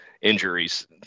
Injuries